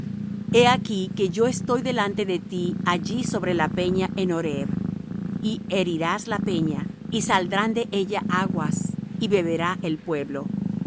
he aquí que yo estoy delante de ti allí sobre la peña en horeb y herirás la peña y saldrán de ella aguas y beberá el pueblo